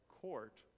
court